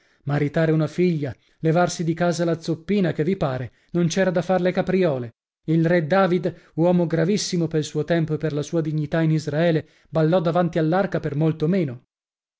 maritare una figlia levarsi di casa la zoppina che vi pare non c'era da far le capriole il re david uomo gravissimo pel suo tempo e per la sua dignità in israele ballò davanti all'arca per molto meno